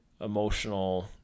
emotional